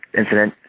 incident